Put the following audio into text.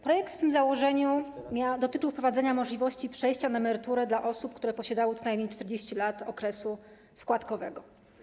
Projekt w swym założeniu dotyczył wprowadzenia możliwości przejścia na emeryturę dla osób, które posiadały co najmniej 40 lat okresu składkowego.